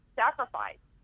sacrifice